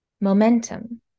momentum